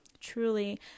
truly